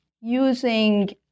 using